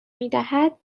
میدهد